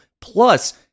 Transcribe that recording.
Plus